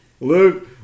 Luke